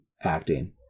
acting